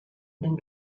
then